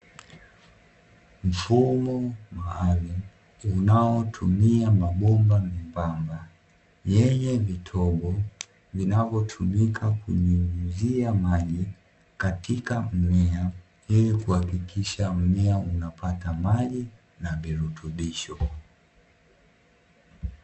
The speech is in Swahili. Mfumo maalumu unaotumia mabomba miembamba, yenye vitobo vinavyotumika kunyunyuzia maji katika mmea ili kuhakikisha mmea unapata maji na virutubisho.